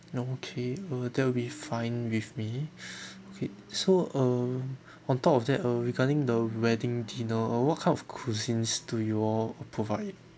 okay uh that would be fine with me okay so um on top of that uh regarding the wedding dinner uh what kind of cuisines do you all provide